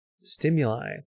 stimuli